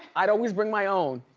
i'd always bring my own.